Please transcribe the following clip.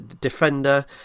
defender